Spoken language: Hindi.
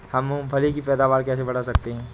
हम मूंगफली की पैदावार कैसे बढ़ा सकते हैं?